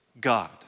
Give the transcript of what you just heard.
God